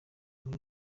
muri